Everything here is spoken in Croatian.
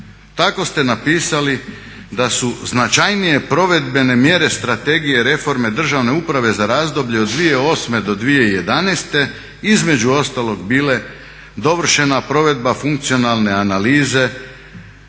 Tako ste napisali da su značajnije provedbene mjere Strategije reforme državne uprave za razdoblje od 2008. do 2011. između ostalog bile dovršena provedba funkcionalne analize,